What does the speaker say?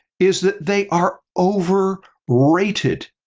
is that they are over rated.